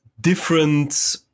different